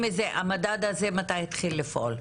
המדד הזה, מתי התחיל לפעול?